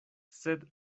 sed